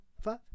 five